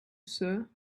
sir